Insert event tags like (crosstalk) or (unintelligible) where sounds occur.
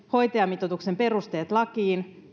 hoitajamitoituksen perusteet lakiin (unintelligible)